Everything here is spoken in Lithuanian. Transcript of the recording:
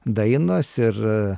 dainos ir